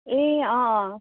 ए अँ अँ